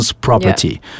property